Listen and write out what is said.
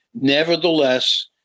Nevertheless